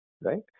right